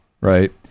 right